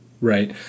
Right